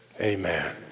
amen